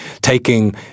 taking